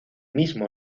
mismo